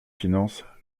finances